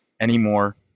anymore